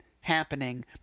happening